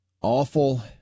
awful